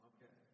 Okay